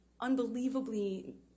unbelievably